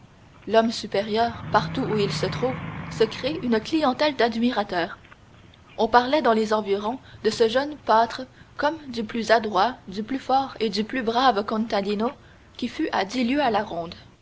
l'homme supérieur partout où il se trouve se crée une clientèle d'admirateurs on parlait dans les environs de ce jeune pâtre comme du plus adroit du plus fort et du plus brave contadino qui fût à dix lieues à la ronde